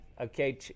okay